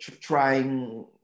trying